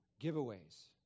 giveaways